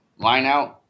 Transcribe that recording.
lineout